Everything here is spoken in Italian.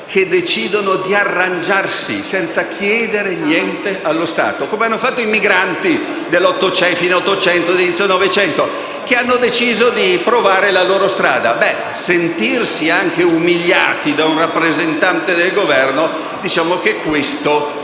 che decidono di arrangiarsi senza chiedere niente allo Stato, come hanno fatto i migranti nell'Ottocento e all'inizio del Novecento che hanno deciso di trovare la loro strada, devono sentirsi anche umiliati da un rappresentante del Governo? Questa è la